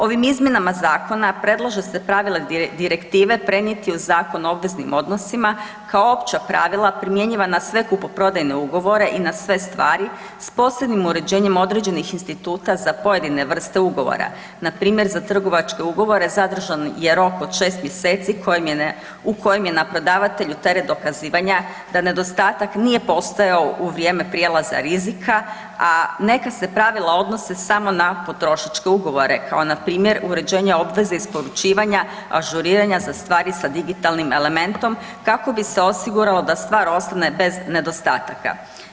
Ovim izmjenama Zakona predlaže se pravila Direktive prenijeti u Zakon o obveznim odnosima kao opća pravila primjenjiva na sve kupoprodajne ugovore i na sve stvari s posebnim uređenjem određenih instituta za pojedine vrste ugovora, npr. za trgovačke ugovore zadržan je rok od 6 mjeseci u kojem je na prodavatelju teret dokazivanja da nedostatak nije postojao u vrijeme prijelaza rizika, a neka se pravila odnose samo na potrošačke ugovore, kao npr. uređenja obveze isporučivanja, ažuriranja za stvari sa digitalnim elementom kako bi se osiguralo da stvar ostane bez nedostataka.